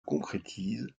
concrétise